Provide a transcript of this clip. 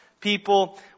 people